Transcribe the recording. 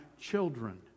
children